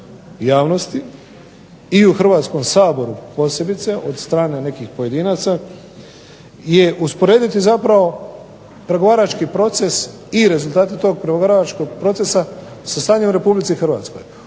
i u Hrvatskom saboru posebice od strane nekih pojedinaca, je usporediti zapravo pregovarački proces i rezultate tog pregovaračkog procesa sa stanjem u Republici Hrvatskoj.